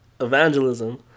evangelism